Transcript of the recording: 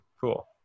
cool